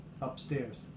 Upstairs